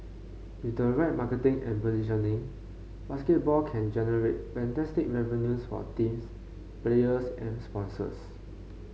with the right marketing and positioning basketball can generate fantastic revenues for teams players and sponsors